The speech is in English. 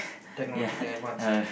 technologically advanced